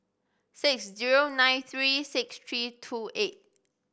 six zero nine three six three two eight